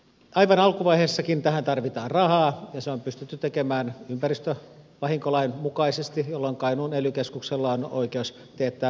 aivan alkuvaiheessakin tähän tarvitaan rahaa ja se on pystytty tekemään ympäristövahinkolain mukaisesti jolloin kainuun ely keskuksella on oikeus teettää välttämättömiä toimenpiteitä